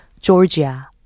Georgia